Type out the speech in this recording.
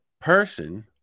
person